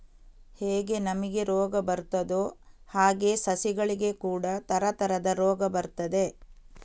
ಹೇಗೆ ನಮಿಗೆ ರೋಗ ಬರ್ತದೋ ಹಾಗೇ ಸಸಿಗಳಿಗೆ ಕೂಡಾ ತರತರದ ರೋಗ ಬರ್ತದೆ